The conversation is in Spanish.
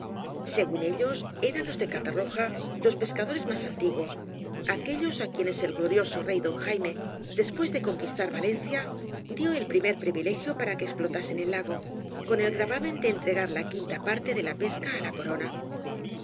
según ellos eran los de catarroja los pescadores más antiguos aquellos á quienes el glorioso rey don jaime después de conquistar valencia dio el primer privilegio para que expiotasen el lago con el gravamen de entregar la quinta parte de la pesca á la corona